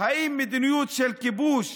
האם מדיניות של כיבוש